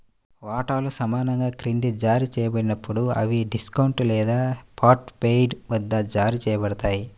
వాటాలు సమానంగా క్రింద జారీ చేయబడినప్పుడు, అవి డిస్కౌంట్ లేదా పార్ట్ పెయిడ్ వద్ద జారీ చేయబడతాయి